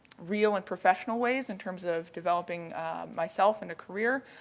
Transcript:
real and professional ways in terms of developing myself in a career,